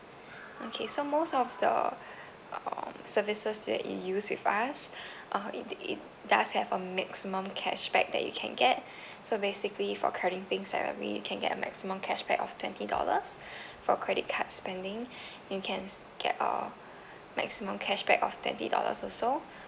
okay so most of the um services that you use with us uh it d~ it does have a maximum cashback that you can get so basically for crediting salary you can get a maximum cashback of twenty dollars for credit card spending you can get a maximum cashback of twenty dollars also